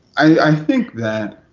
i think that,